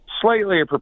slightly